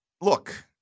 look